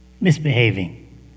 misbehaving